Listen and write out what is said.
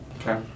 Okay